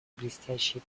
блестящие